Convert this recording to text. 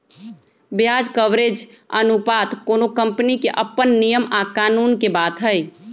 ब्याज कवरेज अनुपात कोनो कंपनी के अप्पन नियम आ कानून के बात हई